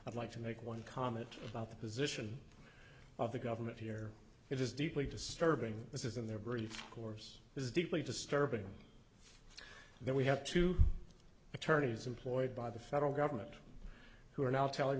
i'd like to make one comment about the position of the government here it is deeply disturbing this is in their brief course this is deeply disturbing that we have two attorneys employed by the federal government who are now telling